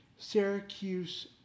Syracuse